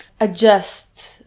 adjust